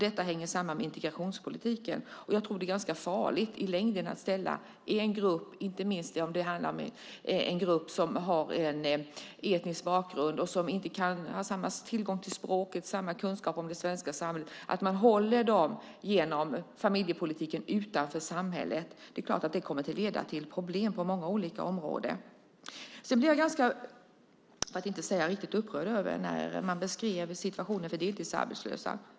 Detta hänger samman med integrationspolitiken. Jag tror att det är ganska farligt i längden att genom familjepolitiken ställa en grupp utanför, inte minst om det handlar om en grupp som har en etnisk bakgrund, som inte har samma tillgång till språket och inte samma kunskap om det svenska samhället. Det är klart att det kommer att leda till problem på många olika områden. Jag blir riktigt upprörd över beskrivningen av situationen för deltidsarbetslösa.